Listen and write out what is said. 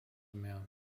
meer